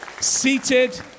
seated